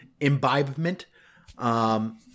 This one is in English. imbibement